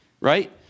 right